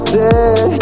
dead